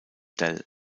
dell